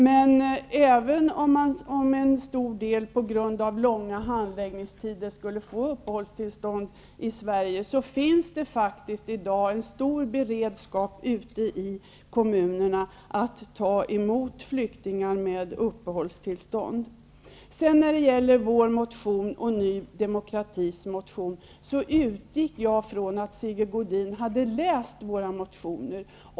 Men även om en stor del på grund av långa handläggningstider skulle få uppehållstillstånd i Sverige finns det i dag en stor beredskap ute i kommunerna att ta emot flyktingar med uppehållstillstånd. Jag utgick från att Sigge Godin hade läst vår motion och Ny demokratis motion.